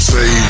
Say